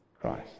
Christ